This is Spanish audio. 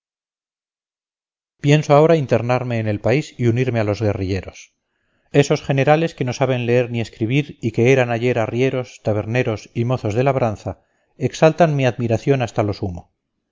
pienso ahora internarme en el país y unirme a los guerrilleros esos generales que no saben leer ni escribir y que eran ayer arrieros taberneros y mozos de labranza exaltan mi admiración hasta lo sumo